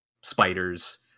spiders